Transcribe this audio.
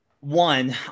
one